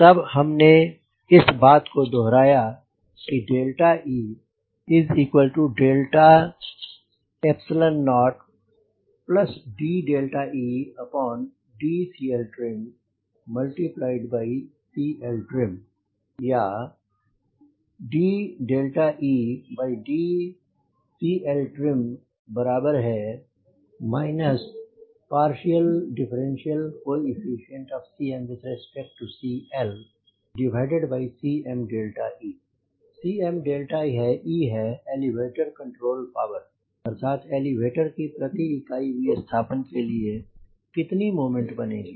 तब हमने इस बात को दोहराया कि ee0dedCLtrimCLtrim dedCLtrim CmCLCme Cme है एलीवेटर कण्ट्रोल पावर अर्थात एलीवेटर के प्रति इकाई विस्थापन के लिए कितनी मोमेंट बनेगी